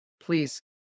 please